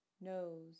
nose